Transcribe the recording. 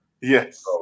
Yes